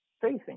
facing